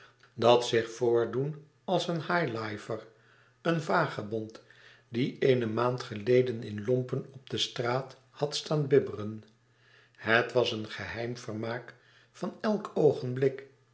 dat zich voordoen als een high lifer een vagebond die eene maand geleden in lompen op straat had staan bibberen het was een geheim vermaak van elk oogenblik